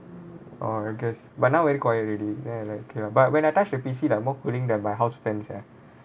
orh I guess but now very quiet already then I like okay lah but when I touch the P_C like more cooling than my house fan sia